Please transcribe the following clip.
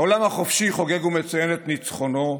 העולם החופשי חוגג ומציין את ניצחונו,